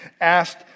asked